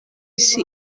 isi